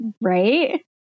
Right